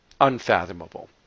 unfathomable